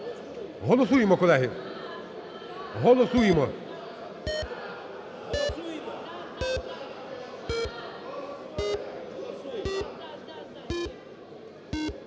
Голосуємо, колеги. Голосуємо.